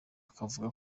akavuga